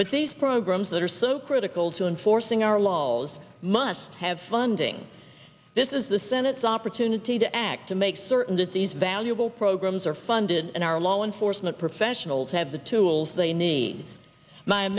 but these programs that are so critical to enforcing our laws must have funding this is the senate's opportunity to act to make certain that these valuable programs are funded and our law enforcement professionals have the tools they need my